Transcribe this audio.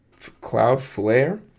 Cloudflare